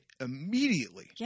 immediately